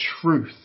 truth